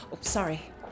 Sorry